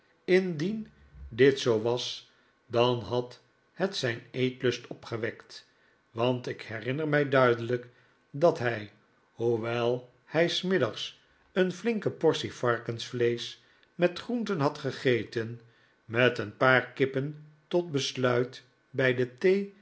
indien dit zoo was dan had het zijn eetlust opgewekt want ik herinner mij duidelijk dat hij hoewel hij s middags een flinke david copperfield portie varkensvleesch met groenten had gegeten met een paar kippen tot besluit bij de